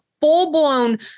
full-blown